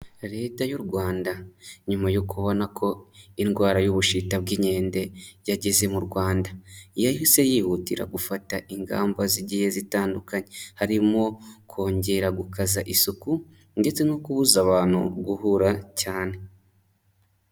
Leta y'u Rwanda nyuma yo kubona ko indwara y'ubushita bw'inkende yageze mu Rwanda, yahise yihutira gufata ingamba zigiye zitandukanye, harimo kongera gukaza isuku, ndetse no kubuza abantu guhura cyane.